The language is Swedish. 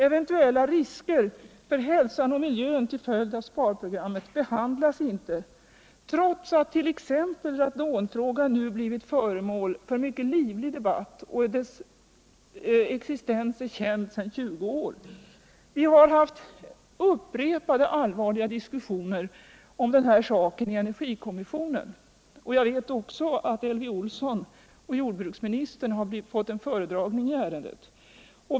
Eventuella risker för hälsan och miljön till följd av sparprogrammet behandlas inte trots att t.ex. frågan om radonet, vars existens är känd sedan 20 år, blivit föremål för en mycket livlig debatt på andra håll. Vi har haft upprepade och allvarliga diskussioner om detta i energikommissionen, och jag vet att Elvy Olsson och jordbruksministern fått en föredragning i ärendet.